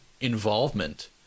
involvement